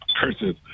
curses